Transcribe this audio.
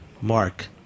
Mark